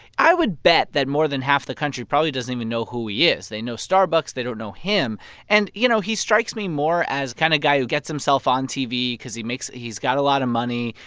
i would bet that more than half the country probably doesn't even know who he is. they know starbucks. they don't know him and, you know, he strikes me more as the kind of guy who gets himself on tv because he makes he's got a lot of money.